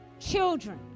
children